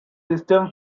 system